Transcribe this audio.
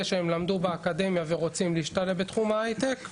שהם למדו באקדמיה ורוצים להשתלב בתחום ההייטק,